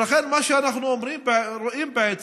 ולכן, מה שאנחנו רואים, בעצם,